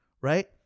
Right